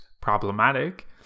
problematic